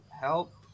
help